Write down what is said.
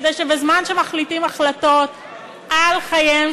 כדי שבזמן שמחליטים החלטות על חייהם